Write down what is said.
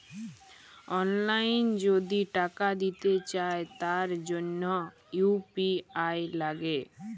অললাইল যদি টাকা দিতে চায় তার জনহ ইউ.পি.আই লাগে